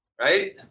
right